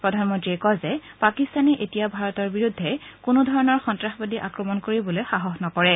প্ৰধানমন্ত্ৰীয়ে কয় যে পাকিস্তানে এতিয়া ভাৰতৰ বিৰুদ্ধে কোনোধৰণৰ সন্তাসবাদী আক্ৰমণ কৰিবলৈ সাহস নকৰিব